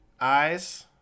eyes